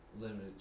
limited